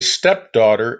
stepdaughter